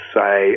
say